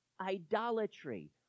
idolatry